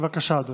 בבקשה, אדוני.